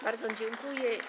Bardzo dziękuję.